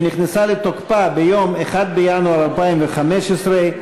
שנכנסה לתוקפה ביום 1 בינואר 2015,